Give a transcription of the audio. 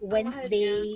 Wednesday